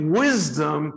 wisdom